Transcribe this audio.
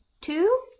Two